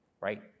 Right